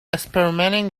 experimenting